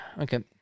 okay